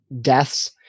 deaths